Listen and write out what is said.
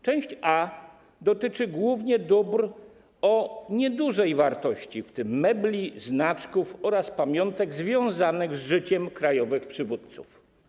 Część A dotyczy głównie dóbr o niedużej wartości, w tym mebli, znaczków oraz pamiątek związanych z życiem krajowych przywódców.